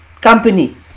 company